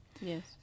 Yes